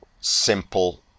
simple